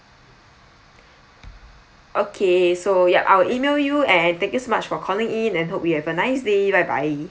okay so ya I'll email you and thank you so much for calling in and hope you have a nice day bye bye